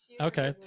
Okay